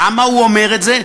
למה הוא אומר את זה?